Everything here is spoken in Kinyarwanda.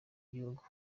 gihugu